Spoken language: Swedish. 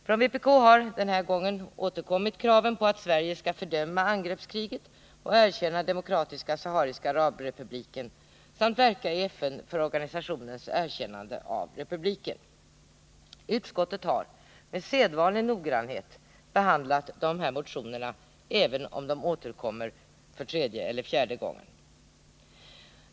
Från vpk har man åter lagt fram krav på att Sverige skall fördöma angreppskriget och erkänna Demokratiska sahariska arabrepubliken samt verka i FN för organisationens erkännande av republiken. Utskottet har med sedvanlig noggrannhet behandlat denna motion, även om den återkommer för tredje eller fjärde gången.